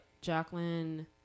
Jacqueline